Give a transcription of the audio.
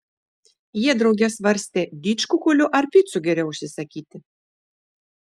jie drauge svarstė didžkukulių ar picų geriau užsisakyti